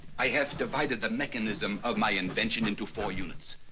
i have divided the mechanism of my invention into four units.